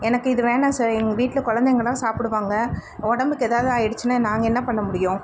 எனக்கு இது வேண்டாம் சார் எங்கள் வீட்டில குலந்தைங்கள்லாம் சாப்பிடுவாங்க உடம்புக்கு எதாவது ஆயிடுச்சுன்னால் நாங்கள் என்ன பண்ணமுடியும்